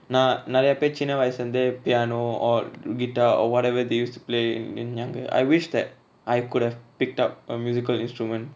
நா நெரயபேர் சின்ன வயசுல இருந்தே:na nerayaper sinna vayasula irunthe piano or guitar or whatever they used to play when younger I wished that I could have picked up a musical instrument